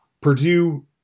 Purdue